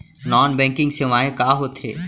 Non banking सेवाएं का होथे?